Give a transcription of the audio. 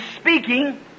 speaking